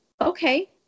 Okay